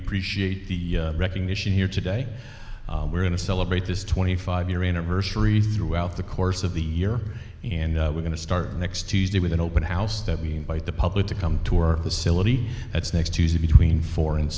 appreciate the recognition here today we're going to celebrate this twenty five year anniversary throughout the course of the year and we're going to start next tuesday with an open house that we invite the public to come to work the syllabi that's next tuesday between four and